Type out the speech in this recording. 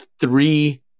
three